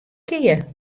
kear